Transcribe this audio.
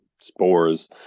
spores